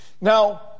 Now